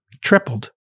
tripled